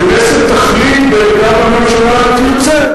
הכנסת תחליט במידה שהממשלה תרצה.